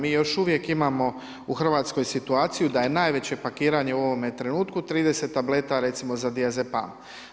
Mi još uvijek imamo u Hrvatskoj situaciju da je najveće pakiranje u ovome trenutku 30 tableta recimo za dijazepan.